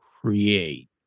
create